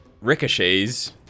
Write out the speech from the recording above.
Ricochets